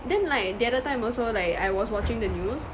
then like the other time also like I was watching the news